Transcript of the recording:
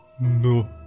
no